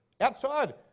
outside